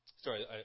Sorry